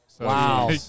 Wow